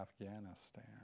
Afghanistan